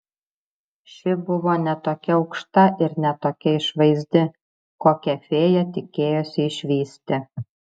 ši buvo ne tokia aukšta ir ne tokia išvaizdi kokią fėja tikėjosi išvysti